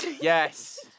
Yes